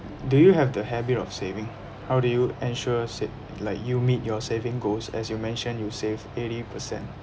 do you have the habit of saving how do you ensure said like you meet your saving goals as you mention you save eighty percent